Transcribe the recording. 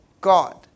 God